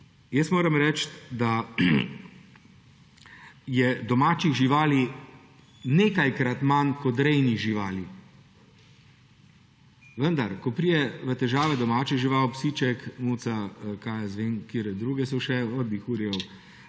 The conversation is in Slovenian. Moram reči, da je domačih živali nekajkrat manj kot rejnih živali, vendar ko pride v težave domača žival, psiček, muca, kaj jaz vem, katere druge so še, od dihurjev